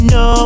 no